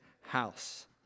house